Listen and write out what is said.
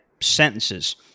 sentences